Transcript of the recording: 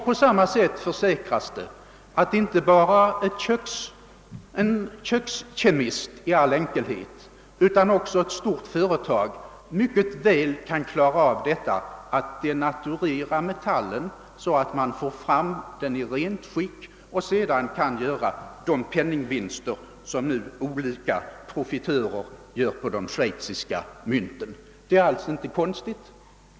På samma sätt försäkras det, att inte bara en »kökskemist» i all enkelhet, utan också ett stort företag mycket väl kan klara av att raffinera myntmetallen så att man får fram den i rent skick och sedan kan göra de penningvinster, som nu olika profitörer gör bl.a. på de schweiziska mynten. Det är alltså inte särskilt konstigt.